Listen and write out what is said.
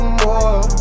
more